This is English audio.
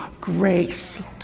Grace